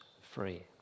free